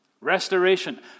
Restoration